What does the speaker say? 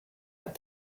but